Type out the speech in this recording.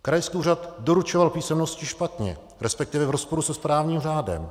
Krajský úřad doručoval písemnosti špatně resp. v rozporu se správním řádem.